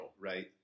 right